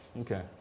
Okay